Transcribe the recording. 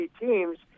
teams